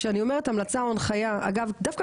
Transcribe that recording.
כשאני אומרת המלצה או הנחיה אגב דווקא